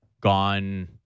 gone